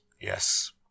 Yes